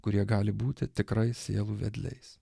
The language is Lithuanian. kurie gali būti tikrais sielų vedliais